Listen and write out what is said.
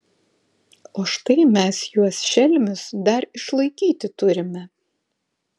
o štai mes juos šelmius dar išlaikyti turime